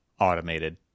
automated